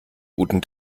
guten